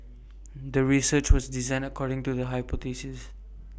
the research was designed according to the hypothesis